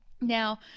Now